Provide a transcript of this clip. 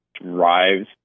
drives